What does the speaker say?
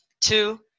two